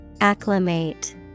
Acclimate